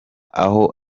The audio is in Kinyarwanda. aho